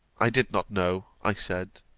i did not know, i said,